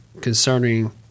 concerning